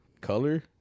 color